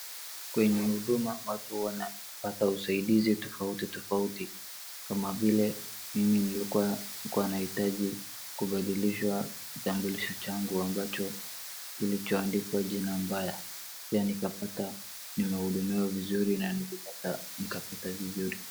Kwenye Huduma watu wanapata usaidizi tofauti tofauti kama vile mimi nilikua nahitaji kubadilishwa kitambulisho changu ambacho kilicho andikwa jina mbaya. Pia nikapata nimehudumiwa vizuri na ni kapata vizuri.